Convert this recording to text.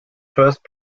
first